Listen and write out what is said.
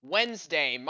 Wednesday